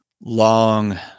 long